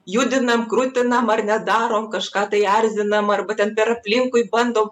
judinam krutinam ar ne darom kažką tai erzinam arba ten per aplinkui bandom